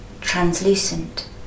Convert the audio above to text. translucent